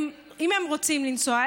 אם הם רוצים לנסוע,